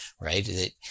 right